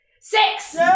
Six